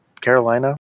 Carolina